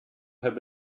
have